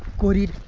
kori